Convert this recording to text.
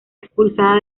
expulsada